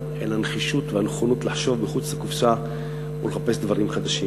אלא הנחישות והנכונות לחשוב מחוץ לקופסה ולחפש דברים חדשים.